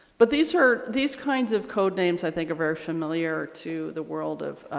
but these are these kinds of code names i think are very familiar to the world of